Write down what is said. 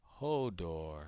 Hodor